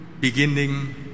beginning